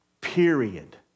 period